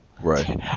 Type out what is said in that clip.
Right